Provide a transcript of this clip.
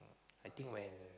I think when